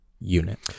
unit